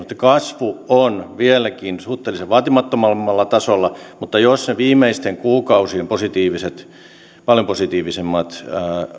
kasvu on vieläkin suhteellisen vaatimattomalla tasolla mutta jos ne viimeisten kuukausien paljon positiivisemmat